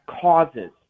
causes